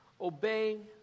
obeying